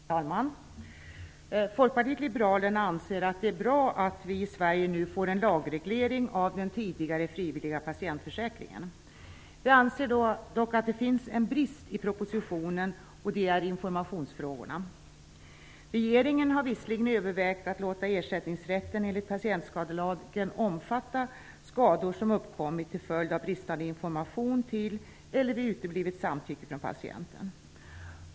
Herr talman! Folkpartiet liberalerna anser att det är bra att vi i Sverige nu får en lagreglering av den tidigare frivilliga patientförsäkringen. Vi anser dock att det i propositionen finns en brist vad gäller informationsfrågorna. Regeringen har visserligen övervägt att låta ersättningsrätten enligt patientskadelagen omfatta skador som uppkommit till följd av bristande information till eller vid uteblivet samtycke från patienten.